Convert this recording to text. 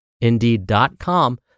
indeed.com